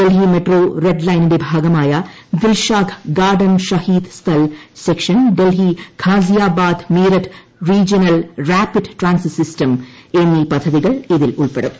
Delhi metro red ലൈനിന്റെ ഭാഗമായ Dilshad garden Shaheed Sthal section Delhi Ghaziabad Meerut regional rapid transit system എന്നീ പദ്ധതികൾ ഇതിലുൾപ്പെടും